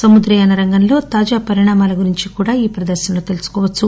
సముద్రయాన రంగంలో తాజా పరిణామాల గురించి కూడా ఈ ప్రదర్శనలో తెలుసుకోవచ్చు